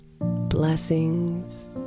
Blessings